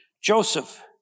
Joseph